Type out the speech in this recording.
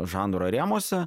žanro rėmuose